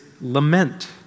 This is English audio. lament